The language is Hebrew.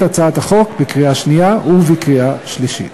הצעת החוק בקריאה שנייה ובקריאה שלישית.